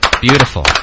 Beautiful